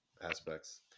aspects